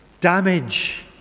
damage